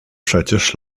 przecież